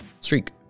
streak